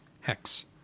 hex